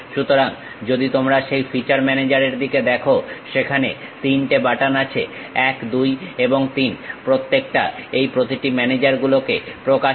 সুতরাং যদি তোমরা সেই ফিচার ম্যানেজার এর দিকে দেখো সেখানে 3 টে বাটন আছে 1 2 এবং 3 প্রত্যেকটা এই প্রতিটি ম্যানেজার গুলোকে প্রকাশ করে